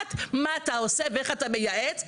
לדעת מה אתה עושה ואיך אתה מייעץ,